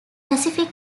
pacific